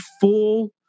full